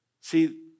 See